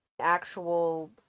actual